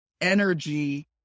energy